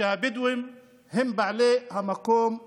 שהבדואים הם בעלי המקום והיו.